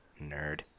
nerd